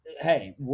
hey